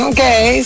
Okay